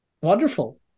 Wonderful